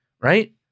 right